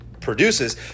produces